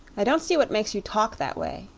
i don't see what makes you talk that way,